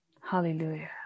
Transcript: Hallelujah